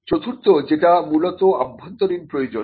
চতুর্থত যেটা মূলত আভ্যন্তরীণ প্রয়োজন